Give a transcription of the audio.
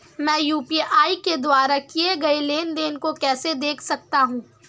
मैं यू.पी.आई के द्वारा किए गए लेनदेन को कैसे देख सकता हूं?